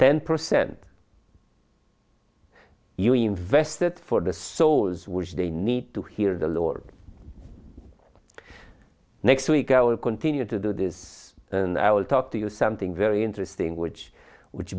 ten percent you invest it for the souls which they need to hear the lord next week i will continue to do this and i will talk to you something very interesting which which